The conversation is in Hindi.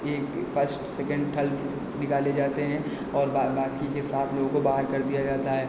एक फस्ट सेकंड थल्ड निकाले जाते हैं और बा बाकी के सात लोगों को बाहर कर दिया जाता है